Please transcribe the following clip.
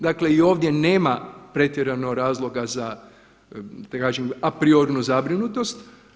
Dakle i ovdje nema pretjerano razloga da kažem apriornu zabrinutost.